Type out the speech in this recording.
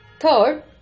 Third